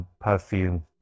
perfume